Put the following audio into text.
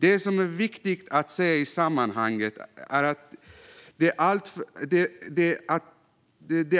Det som är viktigt att säga i sammanhanget är att det är